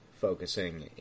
focusing